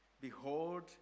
Behold